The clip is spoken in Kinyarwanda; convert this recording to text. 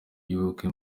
y’ubukwe